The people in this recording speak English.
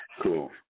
Cool